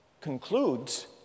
concludes